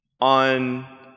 on